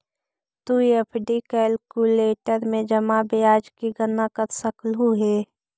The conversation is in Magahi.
तु एफ.डी कैलक्यूलेटर में जमा ब्याज की गणना कर सकलू हे